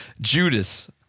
Judas